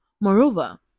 Moreover